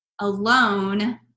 alone